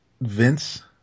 Vince